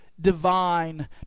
divine